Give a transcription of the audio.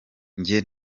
njye